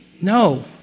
No